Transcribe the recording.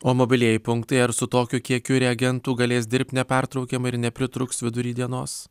o mobilieji punktai ar su tokiu kiekiu reagentų galės dirbt nepertraukiamai ir nepritrūks vidury dienos